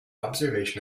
observation